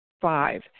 Five